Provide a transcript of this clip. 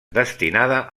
destinada